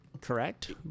correct